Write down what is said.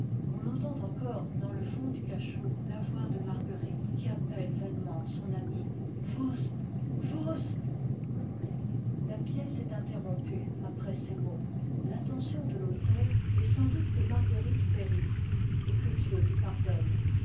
on entend encore dans le fond du cachot la voix de marguerite qui rappelle vainement son ami faust faust la pièce est interrompue après ces mots l'intention de l'auteur est sans doute que marguerite périsse et que dieu lui pardonne